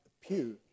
pew